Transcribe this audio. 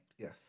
Yes